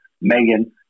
Megan